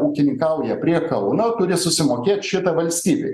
ūkininkauja prie kauno turi susimokėt šitą valstybei